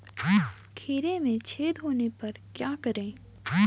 खीरे में छेद होने पर क्या करें?